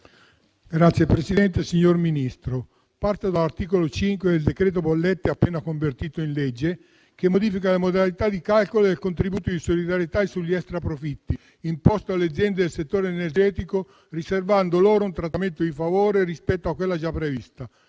*(Misto-AVS)*. Signor Ministro, parto dall'articolo 5 del decreto bollette appena convertito in legge, che modifica la modalità di calcolo del contributo di solidarietà sugli extraprofitti imposto alle aziende del settore energetico, riservando loro un trattamento di favore rispetto a quello già previsto,